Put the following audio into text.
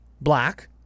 black